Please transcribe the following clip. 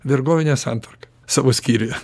vergovinę santvarką savo skyriuje